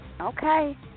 Okay